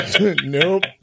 Nope